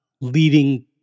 Leading